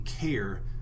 care